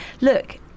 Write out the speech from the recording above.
look